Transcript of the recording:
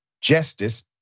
justice